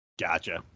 Gotcha